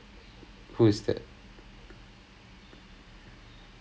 and I uh maria னு சொல்லிட்டு ஒருதொங்ககே:nu sollittu oruthongae freshie இவுங்கே:ivungae